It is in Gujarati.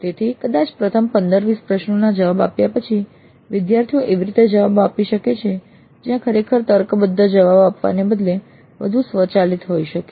તેથી કદાચ પ્રથમ 15 20 પ્રશ્નોના જવાબ આપ્યા પછી વિદ્યાર્થીઓ એવી રીતે જવાબો આપી શકે છે જ્યાં ખરેખર તર્કબદ્ધ જવાબો આપવાને બદલે વધુ સ્વચાલિત હોય શકે